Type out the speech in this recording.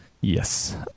Yes